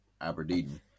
Aberdeen